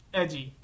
edgy